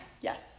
Yes